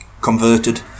converted